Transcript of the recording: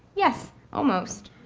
yes, almost.